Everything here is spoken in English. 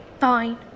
Fine